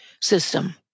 system